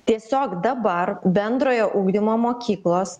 tiesiog dabar bendrojo ugdymo mokyklos